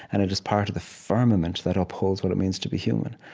and it is part of the firmament that upholds what it means to be human.